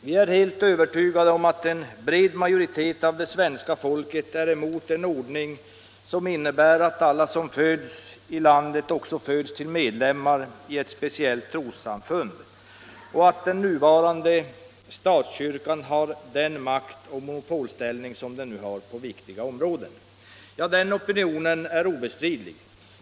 Vi är helt övertygade om att en bred majoritet av det svenska folket är emot en ordning som innebär att alla som föds i landet också föds till medlemmar i ett speciellt trossamfund och att den nuvarande statskyrkan har den maktoch monopolställning som den nu har på viktiga områden. Den opinionen är obestridlig.